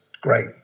Great